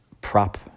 prop